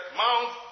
mount